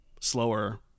slower